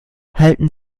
halten